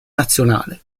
nazionale